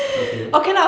okay